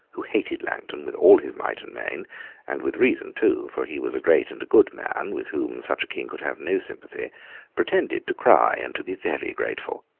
who hated langton with all his might and main and with reason too, for he was a great and a good man, with whom such a king could have no sympathy pretended to cry and to be very grateful.